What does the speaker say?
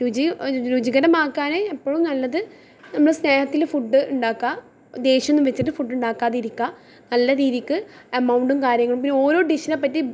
രുചി രുചികരമാക്കാന് എപ്പോഴും നല്ലത് നമ്മൾ സ്നേഹത്തിൽ ഫുഡ് ഉണ്ടാക്കാം ദേഷ്യോന്നും വച്ചിട്ട് ഫുഡ് ഉണ്ടാക്കാതിരിക്കുക നല്ല രീതിക്ക് എമൗണ്ടും കാര്യങ്ങളും പിന്നെ ഓരോ ഡിഷിനെപ്പറ്റി